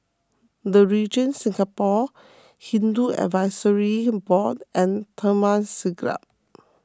the Regent Singapore Hindu Advisory Board and Taman Siglap